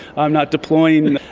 i am not deploying,